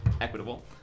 equitable